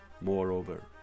Moreover